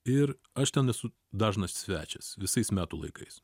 ir aš ten esu dažnas svečias visais metų laikais